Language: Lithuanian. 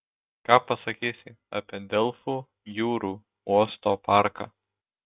ką pasakysi apie delfų jūrų uosto parką